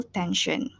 tension